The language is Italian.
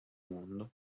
mondo